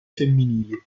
femminili